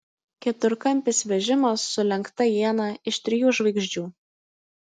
keturkampis vežimas su lenkta iena iš trijų žvaigždžių